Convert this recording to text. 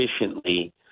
efficiently